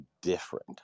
different